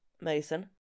mason